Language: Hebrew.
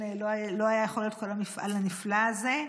לא היה יכול להיות כל המפעל הנפלא הזה.